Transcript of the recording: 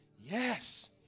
Yes